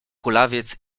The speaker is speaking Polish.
kulawiec